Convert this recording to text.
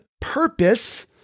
purpose